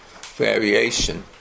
variation